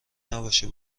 نباشه